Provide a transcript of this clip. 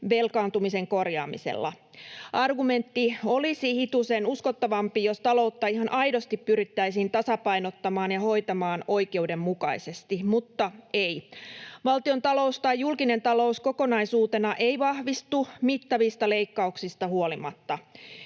velkaantumisen korjaamisella. Argumentti olisi hitusen uskottavampi, jos taloutta ihan aidosti pyrittäisiin tasapainottamaan ja hoitamaan oikeudenmukaisesti. Mutta ei, valtiontalous — tai julkinen talous kokonaisuutena — ei vahvistu mittavista leikkauksista huolimatta.